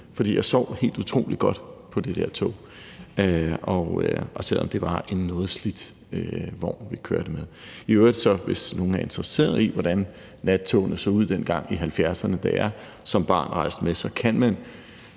fordi jeg sov helt utrolig godt i det der tog, også selv om det var en noget slidt vogn, vi kørte med. I øvrigt, hvis nogen er interesseret i, hvordan nattogene så ud dengang i 1970'erne, da jeg som barn rejste med – det her